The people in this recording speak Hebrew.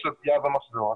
יש לו פגיעה במחזור,